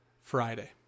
friday